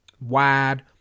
wide